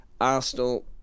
Arsenal